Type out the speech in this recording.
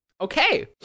Okay